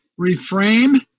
reframe